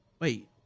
wait